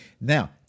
Now